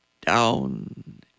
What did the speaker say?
down